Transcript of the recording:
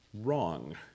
wrong